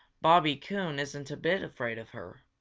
bobby coon isn't a bit afraid of her.